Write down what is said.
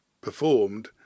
performed